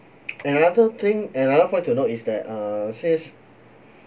and another thing another point to note is that err since